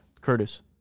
Curtis